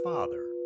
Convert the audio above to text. Father